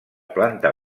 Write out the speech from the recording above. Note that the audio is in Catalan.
planta